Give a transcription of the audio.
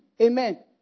Amen